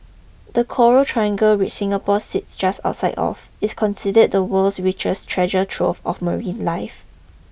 the coral triangle which Singapore sits just outside of is considered the world's richest treasure trove of marine life